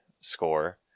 score